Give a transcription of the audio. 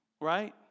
right